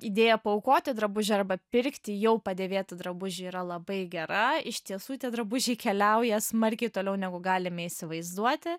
idėja paaukoti drabužį arba pirkti jau padėvėtą drabužį yra labai gera iš tiesų tie drabužiai keliauja smarkiai toliau negu galime įsivaizduoti